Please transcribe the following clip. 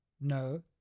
no